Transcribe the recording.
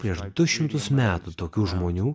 prieš du šimtus metų tokių žmonių